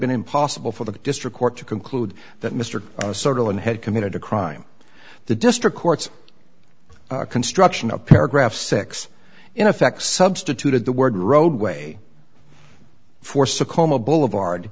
been impossible for the district court to conclude that mr subtle and had committed a crime the district court's construction of paragraph six in effect substituted the word roadway force a coma boulevard